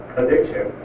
addiction